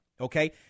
okay